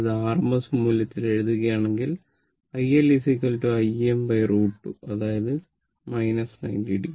നമ്മൾ ഇത് rms മൂല്യത്തിൽ എഴുതുകയാണെങ്കിൽ iL Im√ 2 അതായത് അത് 90o